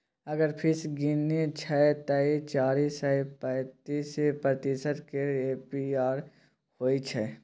अगर फीस गिनय छै तए चारि सय पैंतीस प्रतिशत केर ए.पी.आर होइ छै